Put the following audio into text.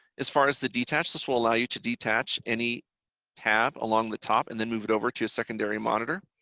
as far as the detach, this will allow you to detach any tab along the top and then move it over to a secondary monitor